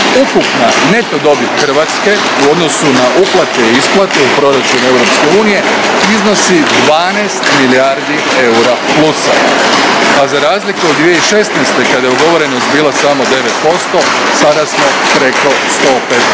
Ukupna neto dobit Hrvatske u odnosu na uplate i isplate u proračun Europske unije iznosi 12 milijardi eura plusa, a za razliku od 2016., kada je ugovorenost bila samo 9%, sada smo na preko 115%